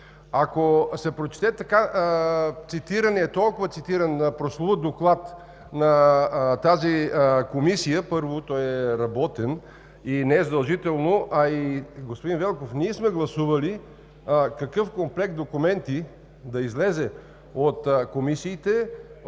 Ако се прочете толкова цитираният прословут доклад на тази комисия – първо, той е работен и не е задължително, а и, господин Велков, ние сме гласували какъв комплект документи да излезе от комисиите,